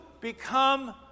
become